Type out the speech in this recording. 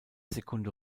sekunde